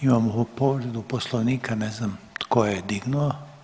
Imamo povredu Poslovnika, ne znam tko je dignuo.